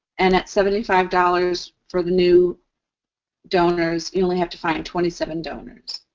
and at seventy five dollars for the new donors, you only have to find twenty seven donors.